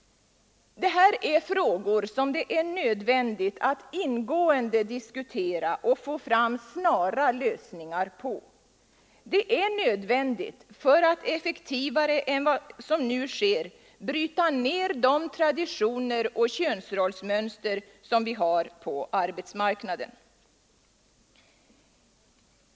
Detta är frågor som det är nödvändigt att ingående diskutera och få fram snara lösningar på. Det är nödvändigt för att effektivare än vad som nu sker bryta ned traditioner och könsrollsmönster på arbetsmarknaden.